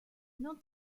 non